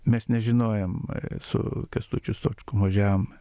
mes nežinojom su kęstučiu stočkum važiavom